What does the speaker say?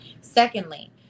Secondly